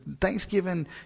Thanksgiving